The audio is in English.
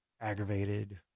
aggravated